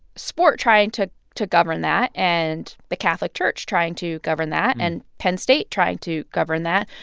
sport trying to to govern that and the catholic church trying to govern that and penn state trying to govern that.